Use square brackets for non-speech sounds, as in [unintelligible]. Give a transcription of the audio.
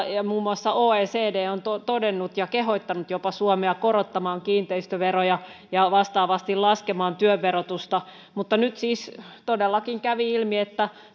[unintelligible] ja muun muassa oecd on tästä todennut ja jopa kehottanut suomea korottamaan kiinteistöveroja ja vastaavasti laskemaan työn verotusta mutta nyt siis todellakin kävi ilmi että